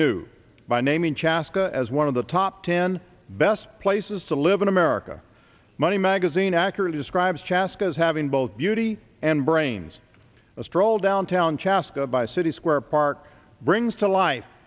knew by naming chaska as one of the top ten best places to live in america money magazine accurately describes chaska as having both beauty and brains a stroll downtown chaska by city square park brings to life